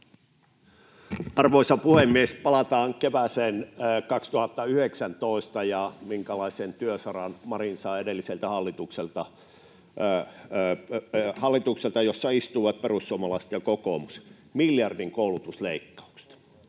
Arvoisa puhemies! Palataan kevääseen 2019 ja siihen, minkälaisen työsaran Marin sai edelliseltä hallitukselta, hallitukselta, jossa istuivat perussuomalaiset ja kokoomus: miljardin koulutusleikkaukset.